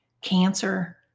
cancer